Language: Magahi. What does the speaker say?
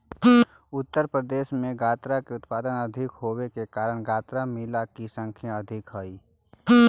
उत्तर प्रदेश में गन्ना के उत्पादन अधिक होवे के कारण गन्ना मिलऽ के संख्या अधिक हई